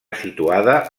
situada